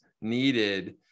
needed